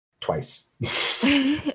twice